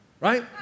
right